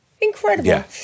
Incredible